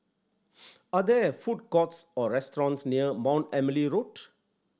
are there food courts or restaurants near Mount Emily Road